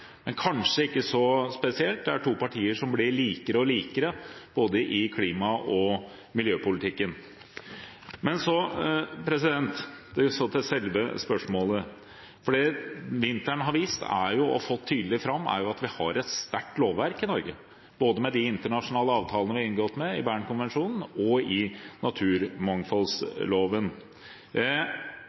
Men det er kanskje ikke så spesielt, det er to partier som blir mer og mer like i klima- og miljøpolitikken. Men så til selve spørsmålet. Det vinteren har vist og fått tydelig fram, er at vi har et sterkt lovverk i Norge, både de internasjonale avtalene vi har inngått,